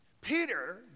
Peter